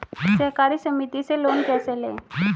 सहकारी समिति से लोन कैसे लें?